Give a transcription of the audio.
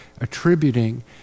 attributing